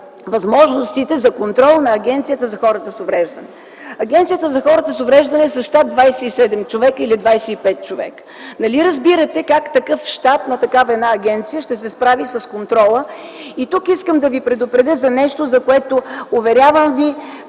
възможностите за контрол на Агенцията за хората с увреждания. Агенцията за хората с увреждания е със щат от 25 или 27 човека. Нали разбирате как такъв щат на една такава агенция ще се справи с контрола?! Тук искам да ви предупредя за нещо, което, уверявам ви,